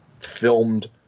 filmed